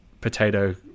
potato